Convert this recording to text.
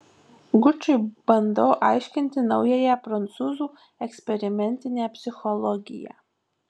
gučui bandau aiškinti naująją prancūzų eksperimentinę psichologiją